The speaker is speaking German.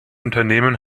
unternehmen